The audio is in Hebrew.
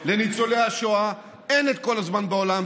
לניצולי השואה אין את כל הזמן שבעולם,